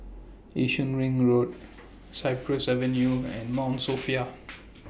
Yishun Ring Road Cypress Avenue and Mount Sophia